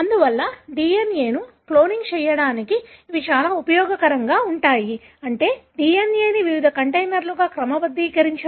అందువల్ల DNA ను cloning చేయడానికి అవి చాలా ఉపయోగకరంగా ఉంటాయి అంటే DNA ని వివిధ కంటైనర్లుగా క్రమబద్ధీకరించడం